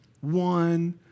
One